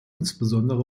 insbesondere